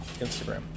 Instagram